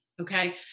okay